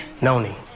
Noni